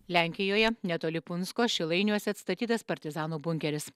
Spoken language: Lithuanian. lenkijoje netoli punsko šilainiuose atstatytas partizanų bunkeris